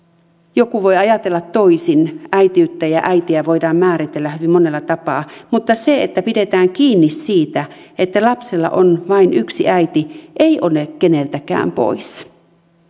joku voi ajatella toisin äitiyttä ja äitiä voidaan määritellä hyvin monella tapaa mutta se että pidetään kiinni siitä että lapsella on vain yksi äiti ei ole keneltäkään pois